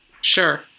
Sure